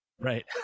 right